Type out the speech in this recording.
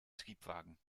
triebwagen